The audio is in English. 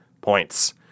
points